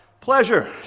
pleasure